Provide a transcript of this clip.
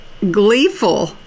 gleeful